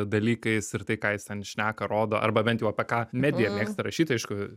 dalykais ir tai ką jis ten šneka rodo arba bent jau apie ką medija mėgsta rašyti aišku